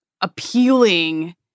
appealing